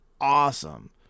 awesome